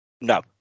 No